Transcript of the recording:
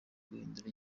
guhindura